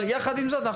אבל יחד עם זאת,